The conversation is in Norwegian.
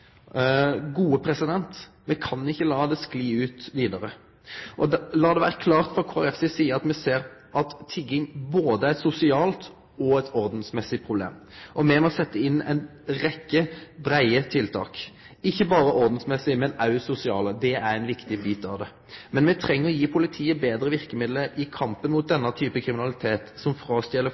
Me kan ikkje la det skli ut vidare. Lat det vere klart at Kristeleg Folkeparti ser at tigging er både eit sosialt og eit ordensmessig problem. Me må setje inn ei rekkje breie tiltak, ikkje berre ordensmessig, men òg sosialt. Det er ein viktig bit av det. Men me treng å gi politiet betre verkemiddel i kampen mot den typen kriminalitet som